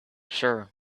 sure